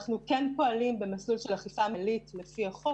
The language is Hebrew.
אנחנו כן פועלים במסלול של אכיפה מנהלית לפי החוק